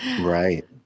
Right